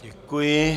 Děkuji.